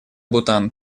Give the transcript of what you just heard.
бутан